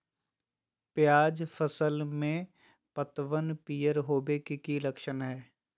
प्याज फसल में पतबन पियर होवे के की लक्षण हय?